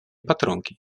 patronki